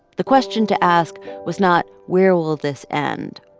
the question to ask was not, where will this end,